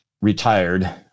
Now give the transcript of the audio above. retired